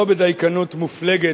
לא בדייקנות מופלגת,